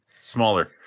smaller